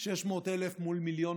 600,000 מול מיליון